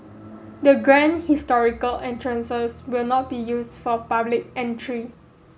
the grand historical entrances will not be used for public entry